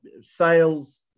sales